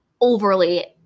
overly